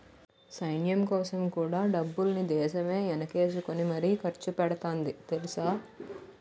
సైన్యంకోసం కూడా డబ్బుల్ని దేశమే ఎనకేసుకుని మరీ ఖర్చుపెడతాంది తెలుసా?